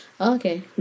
Okay